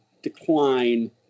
decline